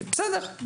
בסדר,